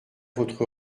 votre